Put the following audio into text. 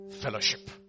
fellowship